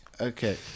okay